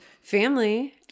family